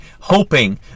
hoping